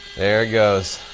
there it goes.